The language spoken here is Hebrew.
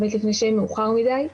באמת לפני שיהיה מאוחר מדי.